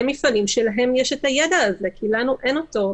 המפעלים שלהם יש הידע הזה כי לנו אין אותו,